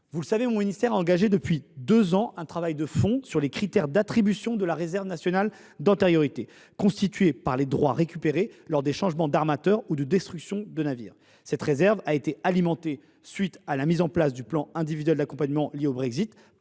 des quotas. Mon ministère a engagé depuis deux ans un travail de fond sur les critères d’attribution de la réserve nationale d’antériorités, constituée par les droits récupérés lors de changements d’armateurs ou de destructions de navires. Cette réserve a été alimentée à la suite de la mise en place du plan individuel d’accompagnement lié au Brexit,